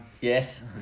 yes